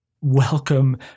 welcome